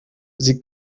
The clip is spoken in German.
sie